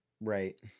Right